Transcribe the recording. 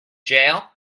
jail